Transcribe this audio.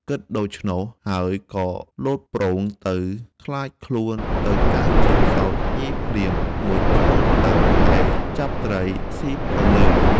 គិតដូច្នោះហើយក៏លោតប្រូងទៅ ក្លាយខ្លួនទៅកើតជាផ្សោតញីភ្លាម មុជក្នុងទឹកហែលចាប់ ត្រីស៊ីព្រងើយ។